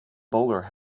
bowler